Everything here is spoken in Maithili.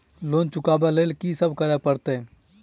लोन चुका ब लैल की सब करऽ पड़तै?